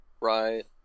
Right